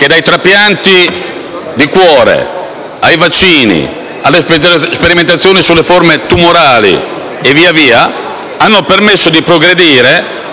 che, dai trapianti di cuore ai vaccini, alle sperimentazioni sulle forme tumorali e così via, hanno permesso di progredire